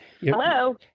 Hello